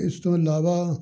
ਇਸ ਤੋਂ ਇਲਾਵਾ